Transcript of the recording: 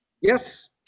Yes